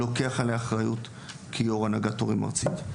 לוקח עליה אחריות כיו"ר הנהגת הורים ארצית.